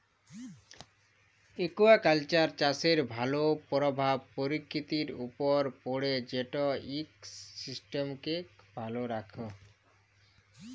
aquaculture চাষের ভালো পরভাব পরকিতির উপরে পড়ে যেট ইকসিস্টেমকে ভালো রাখ্যে